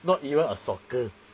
not even a soccer